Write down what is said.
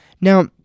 Now